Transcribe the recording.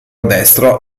destro